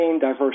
diverse